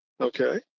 okay